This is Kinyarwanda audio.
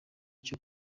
cyo